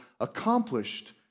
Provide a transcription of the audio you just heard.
accomplished